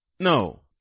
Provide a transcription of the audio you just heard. No